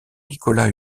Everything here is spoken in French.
nicolas